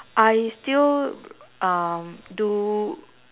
I still um do